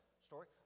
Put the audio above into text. story